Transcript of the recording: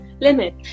limit